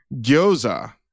gyoza